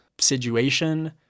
situation